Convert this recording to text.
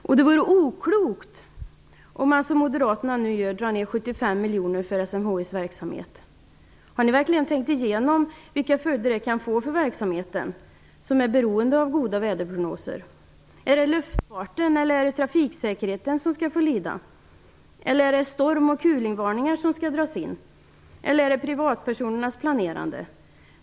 Det vore oklokt om man som Moderaterna nu vill drar ner 75 miljoner för SMHI:s verksamhet. Har ni verkligen tänkt igenom vilka följder det kan få för verksamheter som är beroende av goda väderprognoser? Eller luftfarten eller är det trafiksäkerheten som skall få lida? Är det storm och kulingvarningar som skall dras in, eller är det privatpersonernas planerande?